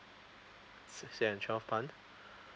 six and twelve month